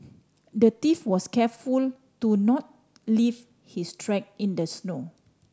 the thief was careful to not leave his track in the snow